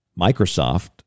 Microsoft